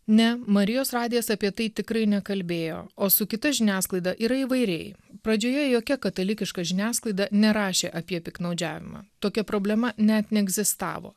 ne marijos radijas apie tai tikrai nekalbėjo o su kita žiniasklaida yra įvairiai pradžioje jokia katalikiška žiniasklaida nerašė apie piktnaudžiavimą tokia problema net neegzistavo